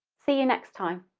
see you next time.